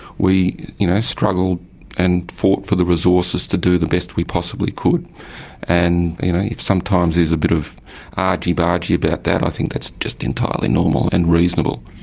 we you know struggled and fought for the resources to do the best we possibly could and if sometimes there's a bit of argy-bargy about that, i think that's just entirely normal and reasonable.